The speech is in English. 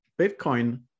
bitcoin